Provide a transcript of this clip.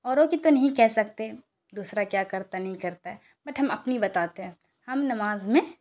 اوروں کی تو نہیں کہہ سکتے دوسرا کیا کرتا ہے نہیں کرتا ہے بٹ ہم اپنی بتاتے ہیں ہم نماز میں